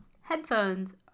headphones